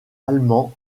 allemand